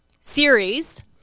series